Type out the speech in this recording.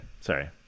sorry